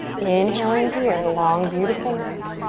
inhale in here. long, beautiful neck.